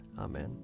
Amen